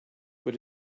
what